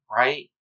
right